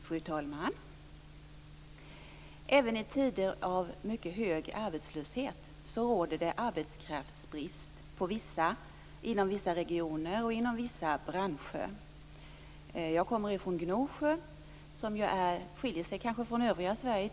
Fru talman! Även i tider av mycket hög arbetslöshet råder det arbetskraftsbrist inom vissa regioner och inom vissa branscher. Jag kommer från Gnosjö, som kanske till stor del skiljer sig från övriga Sverige.